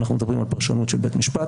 אנחנו מדברים על פרשנות של בית משפט,